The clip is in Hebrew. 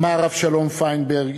אמר אבשלום פיינברג,